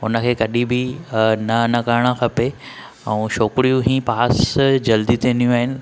हुन खे कॾहिं बि न न करणु खपे ऐं छोकिरियूं ई पास जल्दी थींदियूं आहिनि